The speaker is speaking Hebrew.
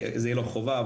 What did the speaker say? זה יהיה לא חובה,